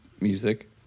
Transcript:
music